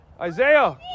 Isaiah